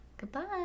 Goodbye